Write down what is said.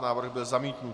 Návrh byl zamítnut.